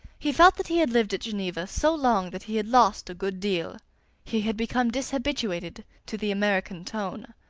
he felt that he had lived at geneva so long that he had lost a good deal he had become dishabituated to the american tone.